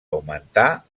augmentar